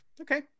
Okay